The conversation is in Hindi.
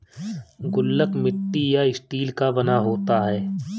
गुल्लक मिट्टी या स्टील का बना होता है